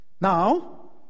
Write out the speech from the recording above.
Now